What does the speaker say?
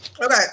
Okay